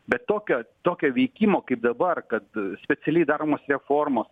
bet tokio tokio veikimo kaip dabar kad specialiai daromos reformos